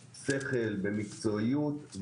בשכל, במקצועיות.